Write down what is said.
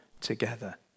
together